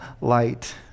light